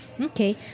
okay